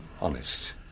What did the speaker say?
honest